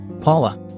Paula